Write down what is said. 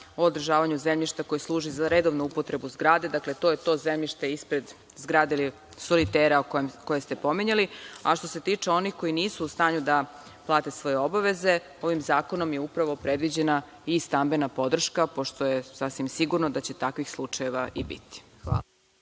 o održavanju zemljišta koji služi za redovnu upotrebu zgrade. Dakle, to je to zemljište ispred zgrade ili solitera koje ste pominjali. Što se tiče onih koji nisu u stanju da plate svoje obaveze, ovim zakonom je upravo predviđena i stambena podrška, pošto je sasvim sigurno da će takvih slučajeva i biti.